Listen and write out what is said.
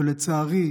ולצערי,